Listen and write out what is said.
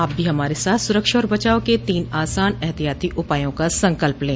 आप भी हमारे साथ सुरक्षा और बचाव के तीन आसान एहतियाती उपायों का संकल्प लें